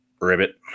Ribbit